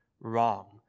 wrong